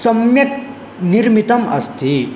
सम्यक् निर्मितम् अस्ति